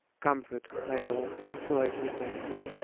comfort, my lord, and so i take my